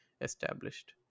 established